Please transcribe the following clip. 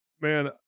man